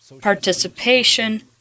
participation